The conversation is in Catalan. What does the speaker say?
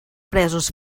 presos